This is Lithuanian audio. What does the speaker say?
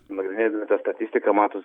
nagrinėdami tą statistiką matos